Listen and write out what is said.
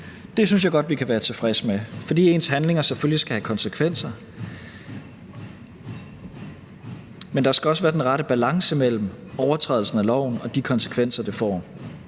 Det synes jeg godt vi kan være tilfredse med, fordi ens handlinger selvfølgelig skal have konsekvenser, men der skal også være den rette balance mellem overtrædelsen af loven og de konsekvenser, det får.